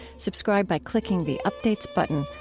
subscribe by clicking the updates button.